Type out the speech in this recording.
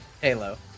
Halo